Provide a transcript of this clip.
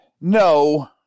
No